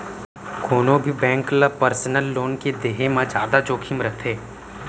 कोनो भी बेंक ल पर्सनल लोन के देहे म जादा जोखिम रथे